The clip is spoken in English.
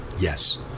yes